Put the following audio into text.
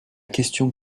question